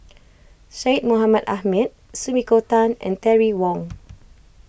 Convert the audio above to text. Syed Mohamed Ahmed Sumiko Tan and Terry Wong